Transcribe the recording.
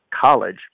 college